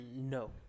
No